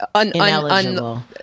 ineligible